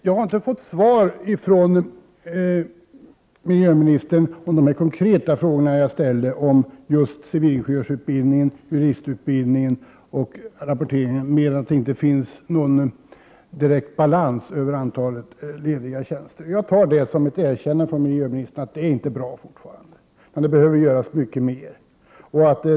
Jag har inte fått svar från miljöministern på de konkreta frågor jag ställde om just civilingenjörsutbildningen och juristutbildningen. Hon har bara sagt att det inte finns någon direkt balans när det gäller antalet lediga tjänster. Jag tar det som ett erkännande från miljöministern att situationen fortfarande inte är bra utan att det behöver göras mycket mer.